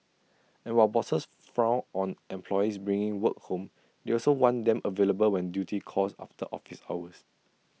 and while bosses frown on employees bringing work home they also want them available when duty calls after office hours